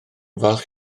falch